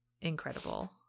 incredible